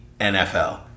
NFL